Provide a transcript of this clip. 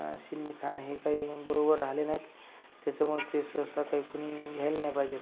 ceiling fan हे काही बरोबर राहिले नाहीत त्याच्यामुळे ते सहसा काही कोणी घ्यायला नाही पाहिजेत